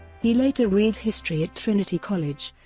he later read history at trinity college,